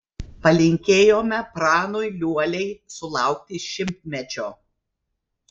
palinkėjome pranui liuoliai sulaukti šimtmečio